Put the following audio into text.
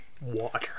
Water